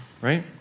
right